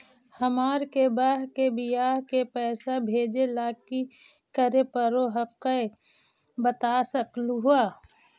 हमार के बह्र के बियाह के पैसा भेजे ला की करे परो हकाई बता सकलुहा?